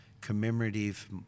commemorative